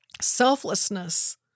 selflessness